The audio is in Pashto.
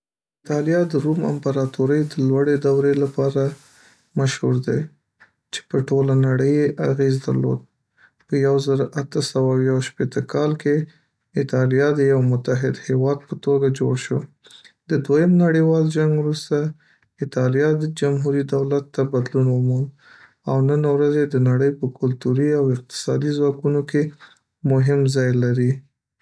ایتالیا د روم امپراتورۍ د لوړې دورې لپاره مشهور دی، چې په ټوله نړۍ یې اغیز درلود. په یو زره اته سوه او یو شپیته کال کې ایتالیا د یو متحد هیواد په توګه جوړ شو. د دویم نړیوال جنګ وروسته، ایتالیا د جمهوري دولت ته بدلون وموند، او نن ورځ یې د نړۍ په کلتوري او اقتصادي ځواکونو کې مهم ځای لري.